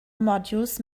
modules